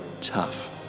tough